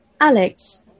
Alex